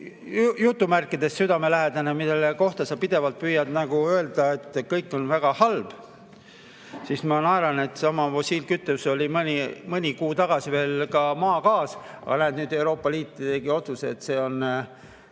nagu sihukesed "südamelähedased", mille kohta sa pidevalt püüad öelda, et kõik on väga halb, siis ma naeran, et sama fossiilkütus oli mõni kuu tagasi veel ka maagaas, aga näed, nüüd Euroopa Liit tegi otsuse, et see on